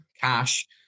cash